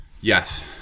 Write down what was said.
yes